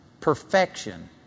perfection